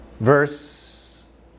Verse